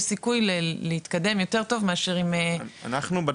יש סיכוי להתקדם יותר טוב מאשר --- אנחנו את